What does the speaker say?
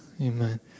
Amen